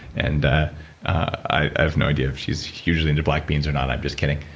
and ah i have no idea if she's hugely into black beans or not, i'm just kidding.